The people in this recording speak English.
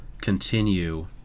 continue